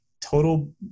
total